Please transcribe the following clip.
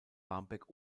barmbek